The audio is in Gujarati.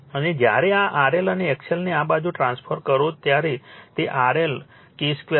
અને જ્યારે આ RLઅને XL ને આ બાજુ ટ્રાન્સફોર્મ કરો ત્યારે તે RL K2 હશે